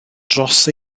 dros